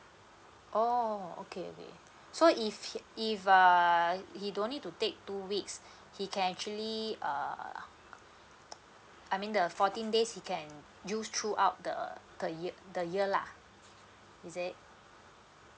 oh okay okay so if he if uh you don't need to take two weeks he can actually err I mean the fourteen days you can use throughout the err the year the year lah is it